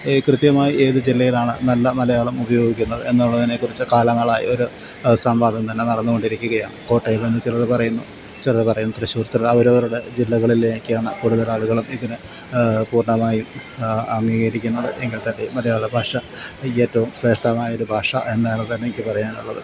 കൃത്യമായി ഏത് ജില്ലയിലാണ് നല്ല മലയാളം ഉപയോഗിക്കുന്നത് എന്നുള്ളതിനെ കുറിച്ച് കാലങ്ങളായി ഒരു സംവാദം തന്നെ നടന്നുകൊണ്ടിരിക്കുകയാണ് കോട്ടയത്തെന്ന് ചിലർ പറയുന്നു ചിലർ പറയും തൃശ്ശൂർ അവരവരുടെ ജില്ലകളിലേക്കാണ് കൂടുതൽ ആളുകളും ഇതിന് പൂർണ്ണമായും അംഗീകരിക്കുന്നത് എങ്കിൽത്തന്നെ മലയാള ഭാഷ ഏറ്റവും ശ്രേഷ്ഠമായൊരു ഭാഷ എന്നതാണെനിക്ക് പറയാനുള്ളത്